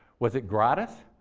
was it gratis?